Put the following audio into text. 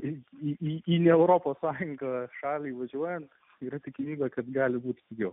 ir jį europos sąjunga šaliai važiuojant yra tikimybė kad gali vypsniu